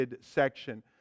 section